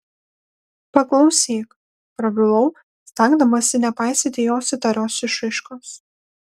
paklausyk prabilau stengdamasi nepaisyti jos įtarios išraiškos